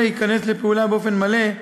כשפתרון זה ייכנס לפעולה באופן מלא,